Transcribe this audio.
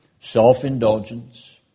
self-indulgence